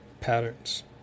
patterns